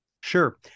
Sure